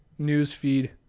newsfeed